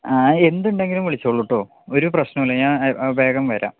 ആ എന്ത് ഉണ്ടെങ്കിലും വിളിച്ചോളു ട്ടോ ഒരു പ്രശ്നോവില്ല ഞാൻ വേഗം വരാം